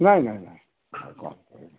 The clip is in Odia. ନାଇଁ ନାଇଁ ନାଇଁ କଣ